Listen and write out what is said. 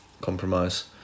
compromise